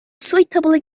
suitably